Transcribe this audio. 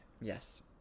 Yes